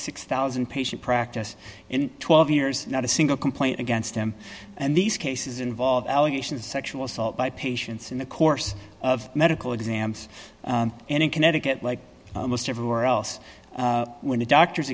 six thousand patient practice in twelve years not a single complaint against them and these cases involve allegations of sexual assault by patients in the course of medical exams and in connecticut like most everywhere else when a doctor